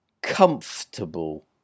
Comfortable